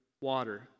water